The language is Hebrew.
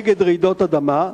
נגד רעידות אדמה,